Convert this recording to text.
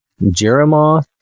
Jeremoth